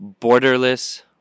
borderless